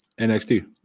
NXT